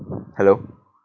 hello